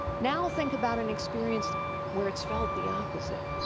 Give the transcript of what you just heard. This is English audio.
now think about an experience where it's felt the opposite,